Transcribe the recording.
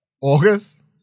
August